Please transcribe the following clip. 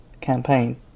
campaign